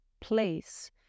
place